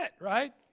right